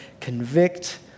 convict